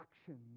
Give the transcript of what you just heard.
actions